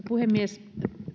puhemies